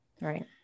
right